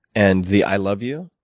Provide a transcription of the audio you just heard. and the i love you?